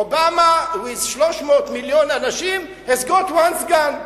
אובמה, with 300 מיליון אנשים, has got one סגן.